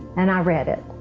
and i read it